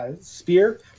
spear